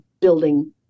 building